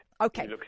Okay